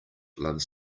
loves